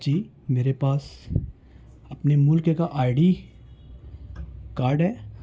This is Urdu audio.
جی میرے پاس اپنے ملک کا آئی ڈی کارڈ ہے